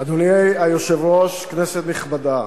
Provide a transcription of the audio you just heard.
אדוני היושב-ראש, כנסת נכבדה,